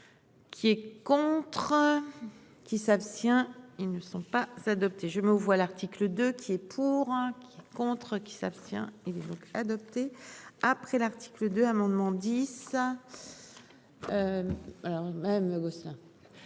Qui est contre. Qui s'abstient. Ils ne sont pas adoptés. Je me vois l'article 2 qui est pour un qui a contre qui s'abstient. Il évoque adopté après l'article 2 amendements. 10. Alors même Gosselin.